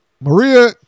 Maria